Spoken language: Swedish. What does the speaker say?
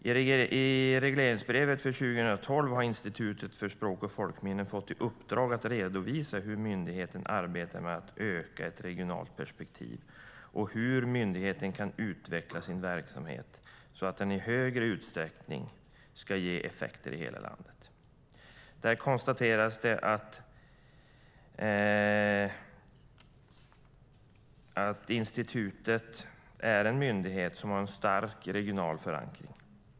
I regleringsbrevet för 2012 har Institutet för språk och folkminnen fått i uppdrag att redovisa hur myndigheten arbetar med att öka ett regionalt perspektiv och hur myndigheten kan utveckla sin verksamhet så att den i högre utsträckning ska ge effekter i hela landet. I regleringsbrevet konstateras att institutet är en myndighet som har en stark regional förankring.